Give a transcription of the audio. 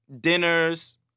dinners